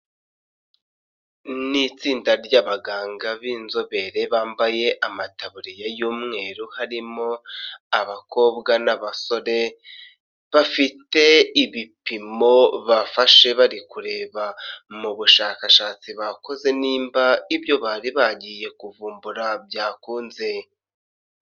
Ni itsinda ry'abaganga b'inzobere, bambaye amatabuririya y'umweru, harimo abakobwa n'abasore, bafite ibipimo bafashe bari kureba mu bushakashatsi bakoze, niba ibyo bari bagiye kuvumbura byakunze.